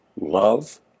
love